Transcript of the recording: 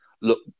Look